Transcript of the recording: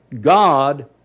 God